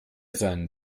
seinen